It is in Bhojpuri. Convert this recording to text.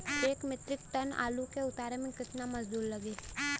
एक मित्रिक टन आलू के उतारे मे कितना मजदूर लागि?